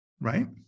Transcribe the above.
right